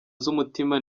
z’umutima